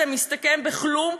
שמסתכם בכלום,